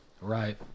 Right